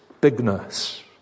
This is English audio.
bigness